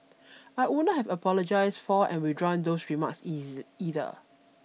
I would not have apologised for and withdrawn those remarks easy either